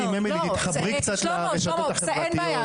אמילי, תתחברי קצת לרשתות החברתיות.